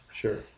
Sure